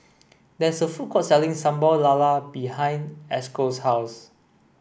there is a food court selling Sambal Lala behind Esco's house